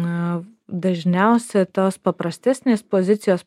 na dažniausia tos paprastesnės pozicijos